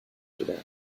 gelernt